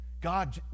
God